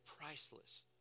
priceless